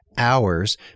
hours